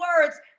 words